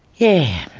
yeah.